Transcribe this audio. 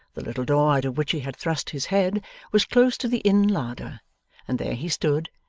the little door out of which he had thrust his head was close to the inn larder and there he stood,